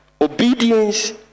obedience